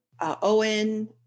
Owen